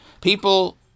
people